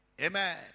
Amen